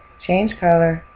change color,